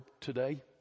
today